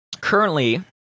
currently